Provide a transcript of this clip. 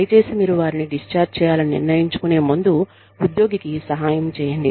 దయచేసి మీరు వారిని డిశ్చార్జ్ చేయాలని నిర్ణయించుకునే ముందు ఉద్యోగికి సహాయం చేయండి